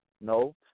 no